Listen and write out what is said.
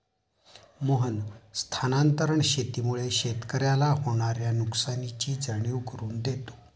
मोहन स्थानांतरण शेतीमुळे शेतकऱ्याला होणार्या नुकसानीची जाणीव करून देतो